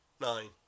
nine